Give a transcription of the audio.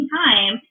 time